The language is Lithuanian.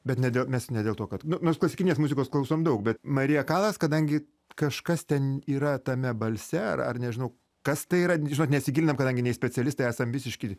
bet ne dėl mes ne dėl to kad mes klasikinės muzikos klausom daug bet marija kalas kadangi kažkas ten yra tame balse ar ar nežinau kas tai yra žinot nesigilinam kadangi nei specialistai esam visiški